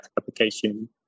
application